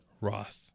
Roth